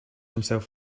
himself